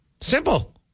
Simple